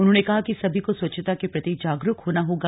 उन्होंने कहा कि सभी को स्वच्छता के प्रति जागरूक होना होगा